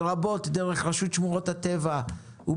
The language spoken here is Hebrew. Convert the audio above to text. לרבות דרך רשות שמורות הטבע והגנים